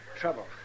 Trouble